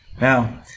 Now